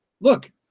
Look